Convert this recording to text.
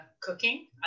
cooking